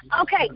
okay